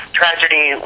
tragedy